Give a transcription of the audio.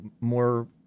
more